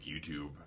YouTube